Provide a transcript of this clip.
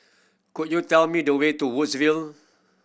could you tell me the way to Woodsville